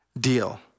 deal